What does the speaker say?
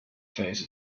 phase